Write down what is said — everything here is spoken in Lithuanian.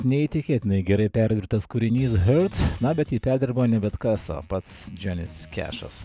neįtikėtinai gerai pervirtas kūrinys hertz na bet jį perdirbo ne bet kas o pats džionis kešas